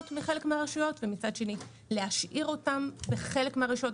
מחלק מהרשויות ומצד שני להשאיר אותן בחלק מהרשויות.